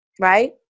right